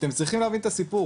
אתם צריכים להבין את הסיפור,